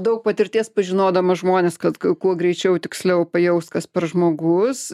daug patirties pažinodamas žmones kad ką kuo greičiau tiksliau pajaust kas per žmogus